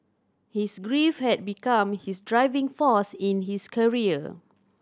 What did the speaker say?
his grief had become his driving force in his career